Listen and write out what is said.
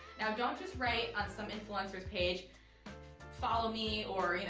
don't just write on some influencers page follow me. or you know,